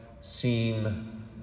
seem